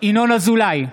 ינון אזולאי,